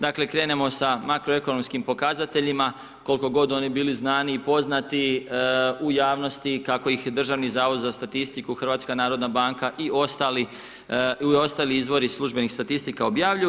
Dakle, krenemo sa makroekonomskim pokazateljima, koliko god oni bili znani i poznati u javnosti, kako ih Državni zavod za statistiku HNB i ostali izvori službenih statistika objavljuju.